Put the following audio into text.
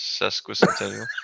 Sesquicentennial